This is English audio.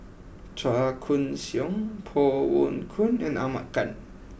Chua Koon Siong Koh Poh Koon and Ahmad Khan